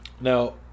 now